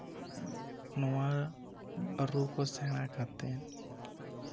ᱱᱚᱶᱟ ᱨᱩ ᱠᱚ ᱥᱮᱬᱟ ᱠᱟᱛᱮᱫ